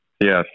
Yes